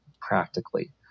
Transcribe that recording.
practically